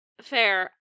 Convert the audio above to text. fair